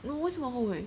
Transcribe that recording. no 为什么后悔